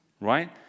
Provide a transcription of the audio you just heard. Right